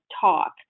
talk